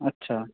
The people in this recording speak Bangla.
আচ্ছা